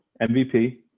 MVP